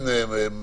עדיין